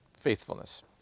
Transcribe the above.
faithfulness